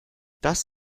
das